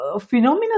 phenomenal